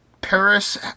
Paris